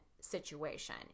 situation